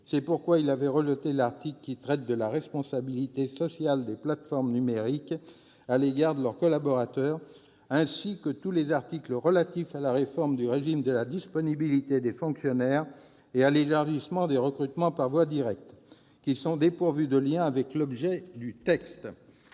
C'est pourquoi il avait rejeté l'article qui traite de la responsabilité sociale des plateformes numériques à l'égard de leurs collaborateurs, ainsi que tous les articles relatifs à la réforme du régime de la disponibilité des fonctionnaires et à l'élargissement des recrutements par voie directe, dépourvus de lien avec l'objet du texte.